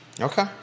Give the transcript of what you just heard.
Okay